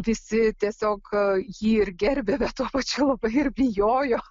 visi tiesiog jį ir gerbė bet tuo pačiu ir bijojo